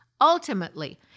Ultimately